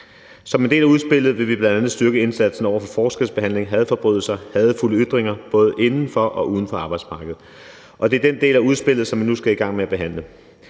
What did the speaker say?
Så med dette udspil vil vi bl.a. styrke indsatsen over for forskelsbehandling, hadforbrydelser, hadefulde ytringer både inden for og uden for arbejdsmarkedet, og det er den del af udspillet, som vi nu skal i gang med at behandle.